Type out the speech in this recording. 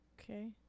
Okay